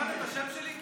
קראת בשם שלי?